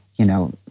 you know,